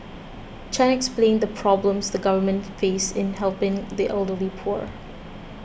Chan explained the problems the government face in helping the elderly poor